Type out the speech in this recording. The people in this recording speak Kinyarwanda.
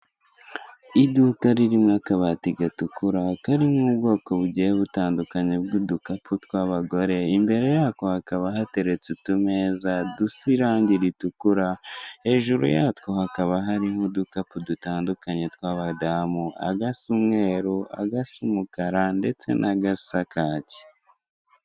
Iduka ririmo akabati gatukura, karimo ubwoko bugiye butandukanye bw'udukapu tw'abagore, imbere yako hakaba hateretse utumeza dusa irangi ritukura, hejuru yatwo hakaba hariho udukapu dutandukanye tw'abadamu; agasa umweru, agasa umukara, ndetse n'agasa kaki.